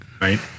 Right